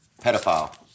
Pedophile